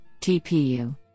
TPU